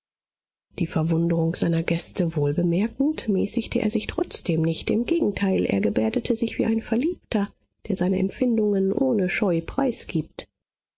die verwunderung seiner gäste wohl bemerkend mäßigte er sich trotzdem nicht im gegenteil er gebärdete sich wie ein verliebter der seine empfindungen ohne scheu preisgibt